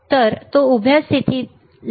तर तो उभ्या स्थिती ला हलवत आहे